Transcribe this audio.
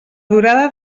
durada